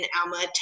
Alma